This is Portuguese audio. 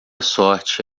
sorte